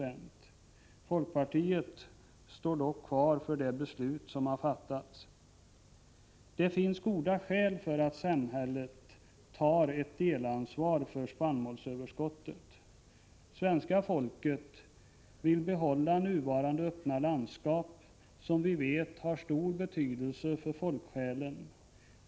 Vi i folkpartiet står dock fast vid de beslut som har fattats. Det finns goda skäl för att samhället tar ett delansvar för spannmålsöverskottet. Svenska folket vill behålla nuvarande öppna landskap, som vi vet har stor betydelse för folksjälen.